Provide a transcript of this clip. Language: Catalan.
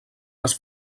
les